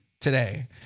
Today